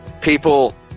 people